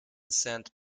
saint